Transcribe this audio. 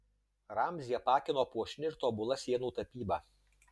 ramzį apakino puošni ir tobula sienų tapyba